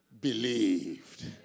believed